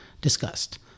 discussed